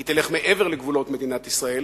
היא תלך מעבר לגבולות מדינת ישראל,